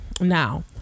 Now